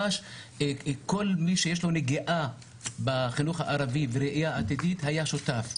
כל מי שיש לו נגיעה בחינוך הערבי וראייה עתידית היה שותף.